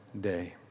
day